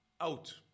Out